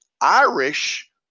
Irish